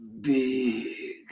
big